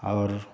और